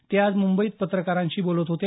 ते आज मुंबईत पत्रकारांशी बोलत होते